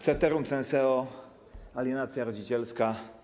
Ceterum censeo - alienacja rodzicielska.